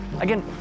Again